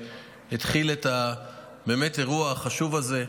שהתחיל את האירוע החשוב הזה,